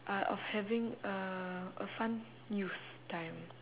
uh of having a a fun youth time